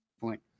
point